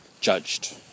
judged